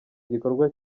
gikorwa